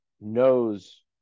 knows